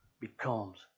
becomes